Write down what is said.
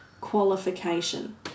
qualification